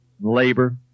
labor